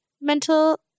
mental